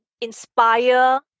inspire